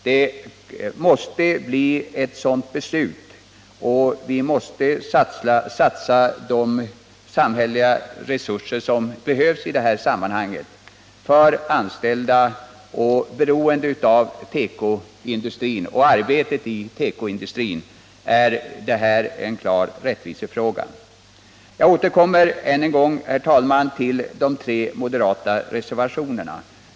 Vi måste fatta ett beslut med sådan inriktning, och vi måste satsa de samhälleliga resurser som behövs för att klara detta. För dem som är anställda i tekoindustrin och beroende av den sysselsättning som denna ger är detta en klar rättvisefråga. Jag återkommer än en gång, herr talman, till de tre moderata reservationerna.